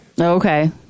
Okay